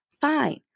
fine